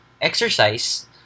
exercise